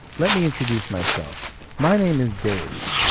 let me introduce myself. my name is dave.